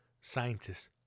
scientists